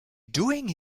doing